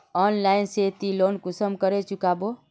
Online से ती loan कुंसम करे चुकाबो?